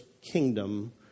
kingdom